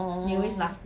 orh